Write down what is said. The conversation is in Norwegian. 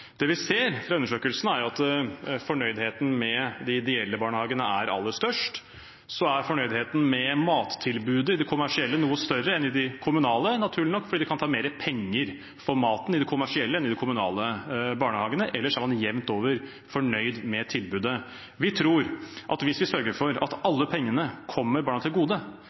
Det vi ser fra undersøkelsen, er at fornøydheten med de ideelle barnehagene er aller størst. Så er fornøydheten med mattilbudet i de kommersielle noe større enn i de kommunale, naturlig nok, fordi de kan ta mer penger for maten i de kommersielle enn i de kommunale barnehagene. Ellers er man jevnt over fornøyd med tilbudet. Vi tror at hvis vi sørger for at alle pengene kommer barna til gode,